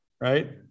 right